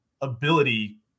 ability